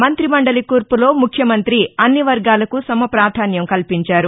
మంతి మండలి కూర్పులో ముఖ్యమంత్రి అన్ని వర్గాలకు సమ పాధాన్యం కల్పించారు